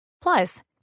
Plus